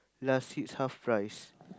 last seats half price